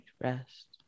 rest